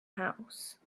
house